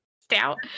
Stout